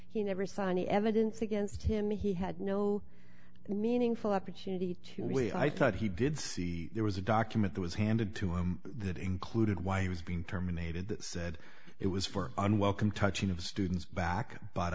he never saw any evidence against him he had no meaningful opportunity to really i thought he did see there was a document that was handed to him that included why he was being terminated said it was for unwelcome touching of students back but